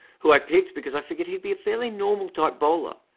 who i picked because i figured he'd be a fairly normal type bowler.